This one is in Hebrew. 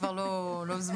כבר לא הוזמנתי.